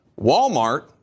Walmart